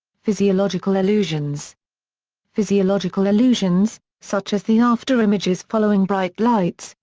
physiological illusions physiological illusions, such as the afterimages following bright lights,